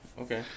Okay